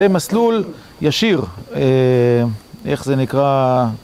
זה מסלול ישיר, איך זה נקרא?